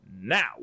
now